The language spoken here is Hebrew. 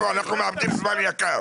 אנחנו מאבדים זמן יקר.